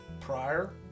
Prior